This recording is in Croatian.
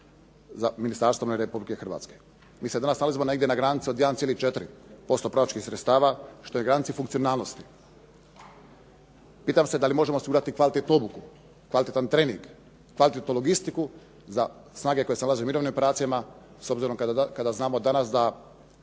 za Ministarstvo obrane Republike Hrvatske. Mi se danas nalazimo negdje na granici od 1,4% proračunskih sredstava što je na granici funkcionalnosti. Pitam se da li možemo osigurati kvalitetnu obuku, kvalitetan trening, kvalitetnu logistiku za snage koje se nalaze u mirovnim operacijama s obzirom kada znamo danas da